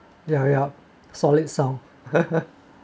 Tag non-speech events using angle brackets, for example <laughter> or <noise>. ya yup solid sound <laughs>